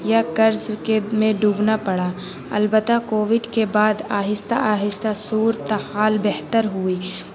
یا قرض کے میں ڈوبنا پڑا البتہ کووڈ کے بعد آہستہ آہستہ صور ت حال بہتر ہوئی